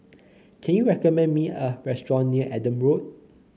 can you recommend me a restaurant near Adam Road